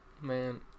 Man